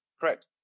Correct